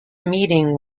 meeting